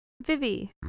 Vivi